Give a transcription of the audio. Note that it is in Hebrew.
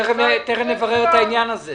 תכף נברר את העניין הזה.